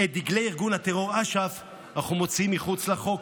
את דגלי ארגון הטרור אש"ף אנחנו מוציאים מחוץ לחוק.